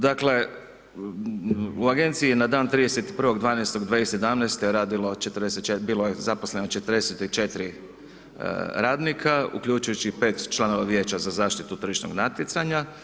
Dakle, u agenciji na dan 31.12.2017. radilo 44, bilo je zaposleno 44 uključujući i 5 članova Vijeća za zaštitu tržišnog natjecanja.